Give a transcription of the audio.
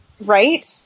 Right